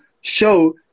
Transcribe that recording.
show